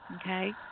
Okay